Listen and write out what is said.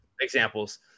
examples